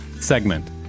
segment